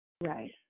Right